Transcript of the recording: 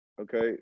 Okay